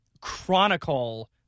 chronicle